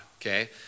okay